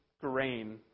grain